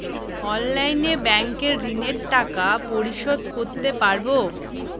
অনলাইনে ব্যাংকের ঋণের টাকা পরিশোধ করতে পারবো?